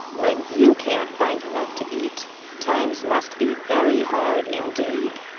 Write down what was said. when you can't find enough to eat times must be very hard indeed.